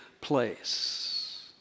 place